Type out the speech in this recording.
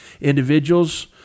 individuals